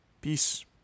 peace